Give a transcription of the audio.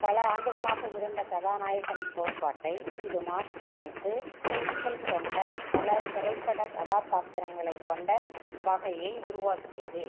பல ஆண்டுகளாக இருந்த கதாநாயகன் கோட்பாட்டை இது மாற்றியமைத்து துணிச்சல் கொண்ட பல திரைப்படக் கதாப்பாத்திரங்களைக் கொண்ட வகையை உருவாக்கியது